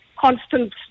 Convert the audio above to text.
constant